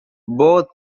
both